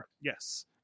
Yes